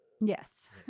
Yes